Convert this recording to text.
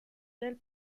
del